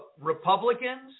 Republicans